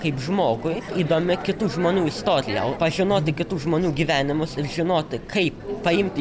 kaip žmogui įdomi kitų žmonių istoriją o pažinoti kitų žmonių gyvenimus ir žinoti kaip paimti